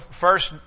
first